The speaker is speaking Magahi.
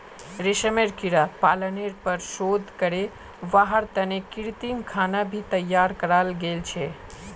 रेशमेर कीड़ा पालनेर पर शोध करे वहार तने कृत्रिम खाना भी तैयार कराल गेल छे